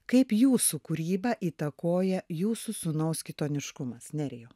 kaip jūsų kūrybą įtakoja jūsų sūnaus kitoniškumas nerijau